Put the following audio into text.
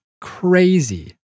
crazy